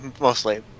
mostly